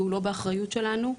והוא לא באחריות שלנו,